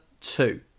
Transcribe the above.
two